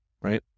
right